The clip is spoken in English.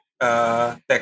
tech